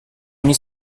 ini